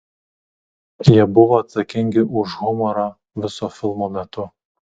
jie buvo atsakingi už humorą viso filmo metu